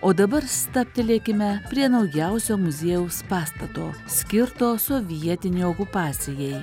o dabar stabtelėkime prie naujausio muziejaus pastato skirto sovietinei okupacijai